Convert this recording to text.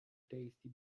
tasty